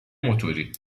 موتوری